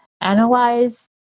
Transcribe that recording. analyze